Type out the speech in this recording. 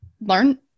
learn